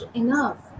enough